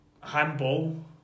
handball